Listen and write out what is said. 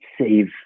save